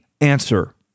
answer